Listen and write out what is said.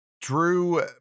Drew